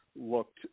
looked